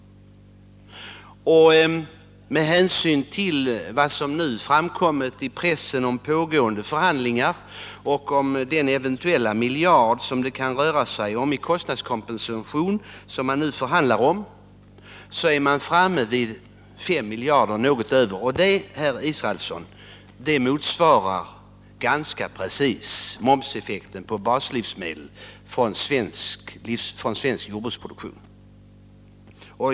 Med hänsyn till vad som nu har framkommit i pressen om pågående förhandlingar om den eventuella miljard som det kan röra sig om i kostnadskompensation är jag framme vid något över 5 miljarder. Det, Per Israelsson, motsvarar ganska precis momseffekten på baslivsmedel från svensk jordbruksproduktion.